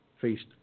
faced